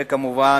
וכמובן,